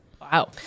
wow